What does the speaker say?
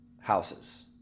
houses